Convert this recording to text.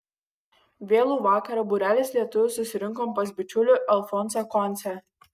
vėlų vakarą būrelis lietuvių susirinkom pas bičiulį alfonsą koncę